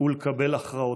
ולקבל הכרעות,